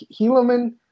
Helaman